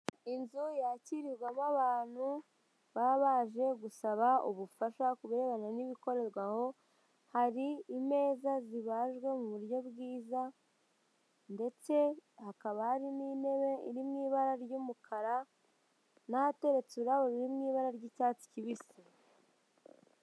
Inzu yakirirwamo abantu baba baje gusaba ubufasha ku birebana n'ibikorerwa aho, hari imeza zibajwe mu buryo bwiza ndetse hakaba hari n'intebe iri mu ibara ry'umukara n'ahateretse ururabo ruri mu ibara ry'icyatsi kibisi.